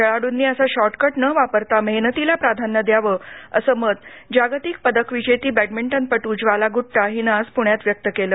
खेळाडुंनी असा शॉर्टकट न वापरता मेहनतीला प्राधान्य द्यावं असं मत जागतिक पदक विजेती बद्धमिंटनपट् ज्वाला गुट्टा हिनं आज प्ण्यात व्यक्त केलं